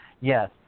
Yes